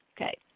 Okay